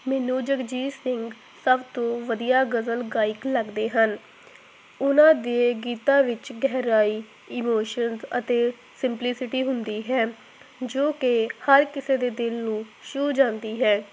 ਮੈਨੂੰ ਜਗਜੀਤ ਸਿੰਘ ਸਭ ਤੋਂ ਵਧੀਆ ਗਜ਼ਲ ਗਾਇਕ ਲੱਗਦੇ ਹਨ ਉਹਨਾਂ ਦੇ ਗੀਤਾਂ ਵਿੱਚ ਗਹਿਰਾਈ ਇਮੋਸ਼ਨਸ ਅਤੇ ਸਿੰਪਲੀਸਿਟੀ ਹੁੰਦੀ ਹੈ ਜੋ ਕਿ ਹਰ ਕਿਸੇ ਦੇ ਦਿਲ ਨੂੰ ਛੂਹ ਜਾਂਦੀ ਹੈ